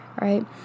right